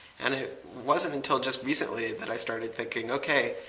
and it wasn't until just recently that i started thinking, okay,